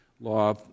law